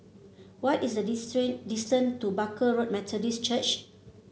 what is the distance to Barker Road Methodist Church